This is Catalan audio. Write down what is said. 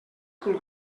cul